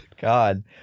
God